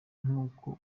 nkuko